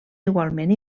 igualment